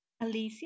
Alicia